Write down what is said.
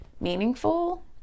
meaningful